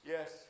Yes